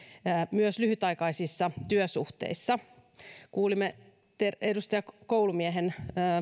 myös lyhytaikaisissa työsuhteissa kuulimme edustaja koulumiehen